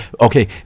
Okay